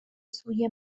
سوی